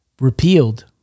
repealed